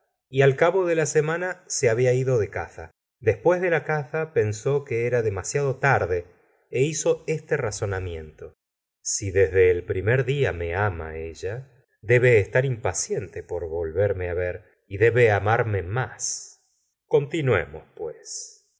y al cabo de la semana se habla ido de caza después de la caza pensó que era demasiado tarde é hizo este razonamiento l si desde el primer día me ama ella debe estar impaciente por volverme ver y debe amarme más continuemos pues y